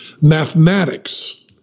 mathematics